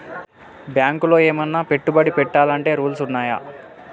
బ్యాంకులో ఏమన్నా పెట్టుబడి పెట్టాలంటే రూల్స్ ఉన్నయా?